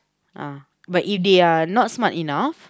ah but if they are not smart enough